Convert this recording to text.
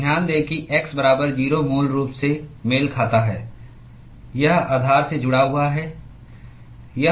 तो ध्यान दें कि x बराबर 0 मूल रूप से मेल खाता है यह आधार से जुड़ा हुआ है